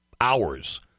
hours